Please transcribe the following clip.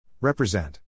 Represent